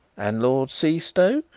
and lord seastoke?